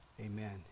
Amen